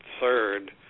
third